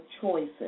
choices